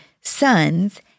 sons